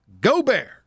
Gobert